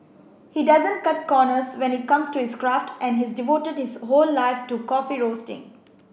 he doesn't cut corners when it comes to his craft and he's devoted his whole life to coffee roasting